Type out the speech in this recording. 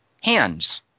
hands